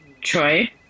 Troy